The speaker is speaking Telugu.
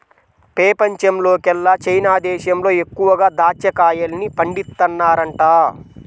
పెపంచంలోకెల్లా చైనా దేశంలో ఎక్కువగా దాచ్చా కాయల్ని పండిత్తన్నారంట